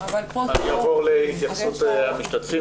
אני אעבור להתייחסות המשתתפים.